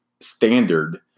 standard